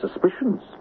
suspicions